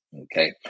Okay